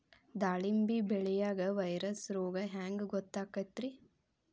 ದಾಳಿಂಬಿ ಬೆಳಿಯಾಗ ವೈರಸ್ ರೋಗ ಹ್ಯಾಂಗ ಗೊತ್ತಾಕ್ಕತ್ರೇ?